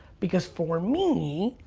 because for me,